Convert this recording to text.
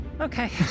Okay